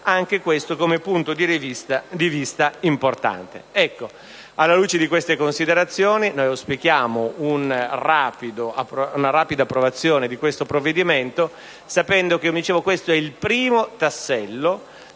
anche questo come punto di vista importante.